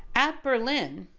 at berlin,